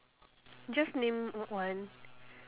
just name o~ one